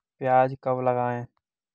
प्याज कब लगाएँ?